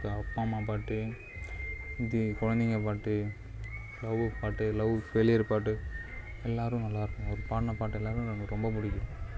இப்போ அப்பா அம்மா பாட்டு இது குழந்தைங்க பாட்டு லவ்வு பாட்டு லவ் ஃபெயிலியரு பாட்டு எல்லோரும் நல்லாயிருக்கும் அவர் பாடின பாட்டு எல்லோரும் எனக்கு ரொம்ப பிடிக்கும்